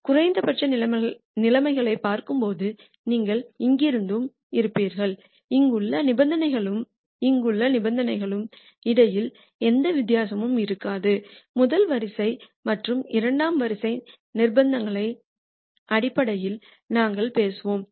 குறைந்தபட்ச நிலைமைகளைப் பார்க்கும்போது நீங்கள் இங்கேயும் இங்கிருந்தும் இருப்பீர்கள் இங்குள்ள நிபந்தனைகளுக்கும் இங்குள்ள நிபந்தனைகளுக்கும் இடையில் எந்த வித்தியாசமும் இருக்காது முதல் வரிசை மற்றும் இரண்டாவது வரிசை நிபந்தனைகளின் அடிப்படையில் நாங்கள் பேசுவோம்